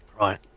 right